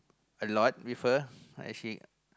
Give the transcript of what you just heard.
a lot with her I actually